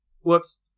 whoops